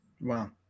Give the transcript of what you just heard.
Wow